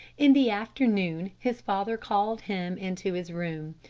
in the afternoon his father called him into his room.